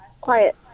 Quiet